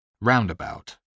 Roundabout